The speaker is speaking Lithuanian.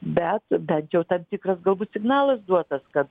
bet bent jau tam tikras galbūt signalas duotas kad